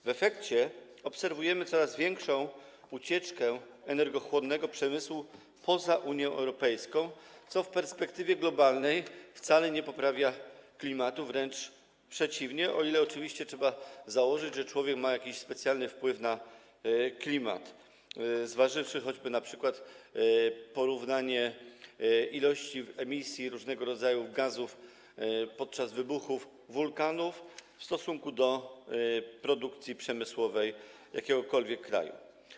W efekcie obserwujemy coraz większą ucieczkę energochłonnego przemysłu poza Unię Europejska, co w perspektywie globalnej wcale nie poprawia klimatu, wręcz przeciwnie, o ile oczywiście, co trzeba założyć, człowiek ma jakiś specjalny wpływ na klimat, zważywszy choćby np. na porównanie wielkości emisji różnego rodzaju gazów podczas wybuchów wulkanów z tą przy produkcji przemysłowej jakiegokolwiek kraju.